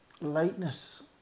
lightness